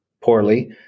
poorly